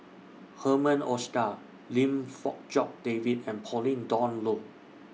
Herman Hochstadt Lim Fong Jock David and Pauline Dawn Loh